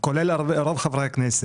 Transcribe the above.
כולל את רוב חברי הכנסת.